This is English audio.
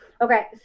Okay